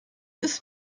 ist